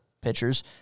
pitchers